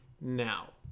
now